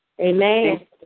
Amen